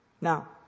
Now